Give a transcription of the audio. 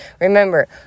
remember